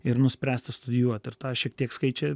ir nuspręst ta studijuoti ir tą šiek tiek skaičiai